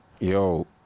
yo